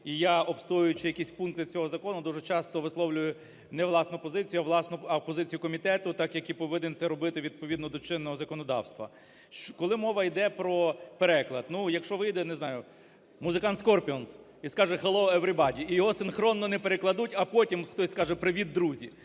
і я, обстоюючи якісь пункти цього закону, дуже часто висловлюю не власну позицію, а позицію комітету, так як і повинен це робити відповідно до чинного законодавства. Коли мова йде про переклад. Ну, якщо вийде, не знаю, музикант "Scorpions" і скаже: "Hello, everybody", - і його синхронно не перекладуть, а потім хтось скаже: "Привіт, друзі",